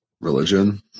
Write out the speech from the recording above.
religion